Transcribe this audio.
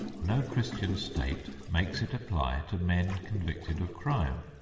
no christian state makes it apply to men convicted of crime,